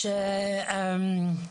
משום כך,